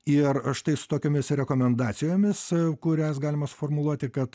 ir štai su tokiomis rekomendacijomis kurias galima suformuluoti kad